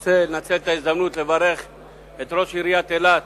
אני רוצה לנצל את ההזדמנות ולברך את ראש עיריית אילת